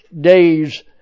days